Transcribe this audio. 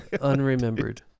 unremembered